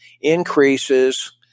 increases